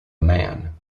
man